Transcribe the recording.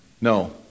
No